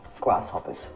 Grasshoppers